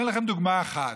אני אתן לכם דוגמה אחת.